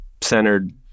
centered